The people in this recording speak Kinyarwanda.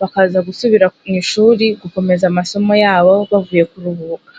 bakaza gusubira mu ishuri gukomeza amasomo yabo bavuye kuruhuka.